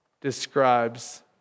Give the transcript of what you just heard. describes